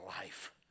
life